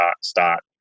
start